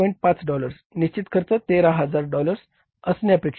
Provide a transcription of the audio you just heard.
5 dollars निश्चित खर्च 13000 dollars असणे अपेक्षित आहे